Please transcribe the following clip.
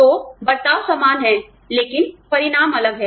तो बर्ताव समान है लेकिन परिणाम अलग हैं